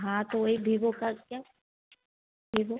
हाँ तो वही वीवो का क्या वीवो